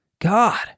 God